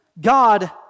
God